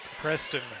Preston